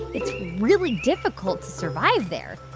it's really difficult to survive there.